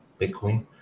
Bitcoin